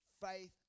faith